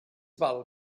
val